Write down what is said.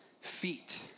feet